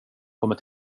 kommer